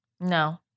No